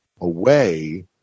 Away